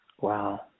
wow